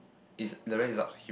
it's the rest is up to you